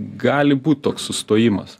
gali būt toks sustojimas